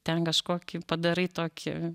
ten kažkokį padarai tokį